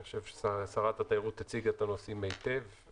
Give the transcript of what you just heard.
אני חושב ששרת התיירות הציגה היטב את הנושאים.